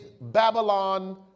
Babylon